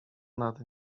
nad